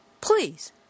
please